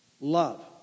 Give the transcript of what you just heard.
love